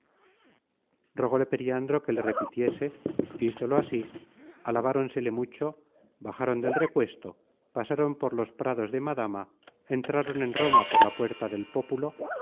descuento de su cargo he compuesto zolo así alabáronsele mucho bajaron del recuesto pasaron por los prados de madama entraron en roma por la puerta del pópulo